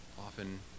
often